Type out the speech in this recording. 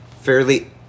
fairly